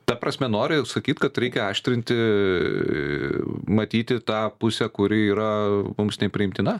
ta prasme nori sakyt kad reikia matyti tą pusę kuri yra aaa mums nepriimtina